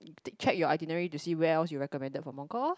check your itinerary to see where else you recommended for Mong kok orh